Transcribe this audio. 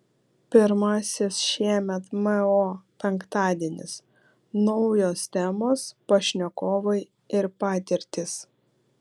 pirmasis šiemet mo penktadienis naujos temos pašnekovai ir patirtys